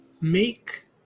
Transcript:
Make